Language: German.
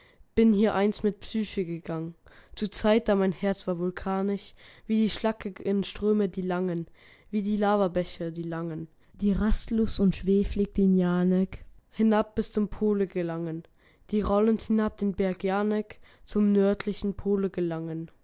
bin hier einst mit psyche gegangen zur zeit da mein herz war vulkanisch wie die schlackigen ströme die langen wie die lavabäche die langen die rastlos und schweflig den yaanek hinab bis zum pole gelangen die rollend hinab den berg yaanek zum nördlichen pole gelangen